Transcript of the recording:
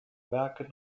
werke